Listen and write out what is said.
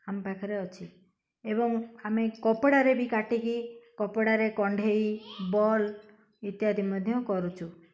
ଆମ ପାଖରେ ଅଛି ଏବଂ ଆମେ କପଡ଼ାରେ ବି କାଟିକି କପଡ଼ାରେ କଣ୍ଢେଇ ବଲ୍ ଇତ୍ୟାଦି ମଧ୍ୟ କରୁଛୁ